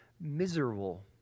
miserable